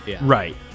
Right